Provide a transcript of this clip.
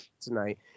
tonight